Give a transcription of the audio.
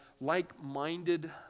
like-minded